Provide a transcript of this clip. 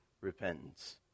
repentance